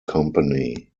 company